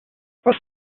was